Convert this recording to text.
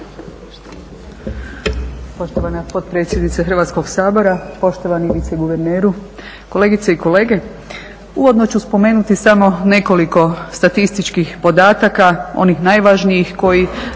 Poštovana potpredsjednice Hrvatskog sabora, poštovani viceguverneru, kolegice i kolege. Uvodno ću spomenuti samo nekoliko statističkih podataka, onih najvažnijih koji